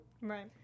Right